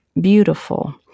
beautiful